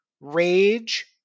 rage